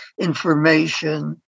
information